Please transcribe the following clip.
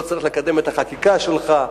לא צריך לקדם את החקיקה שלך.